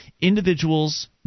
individuals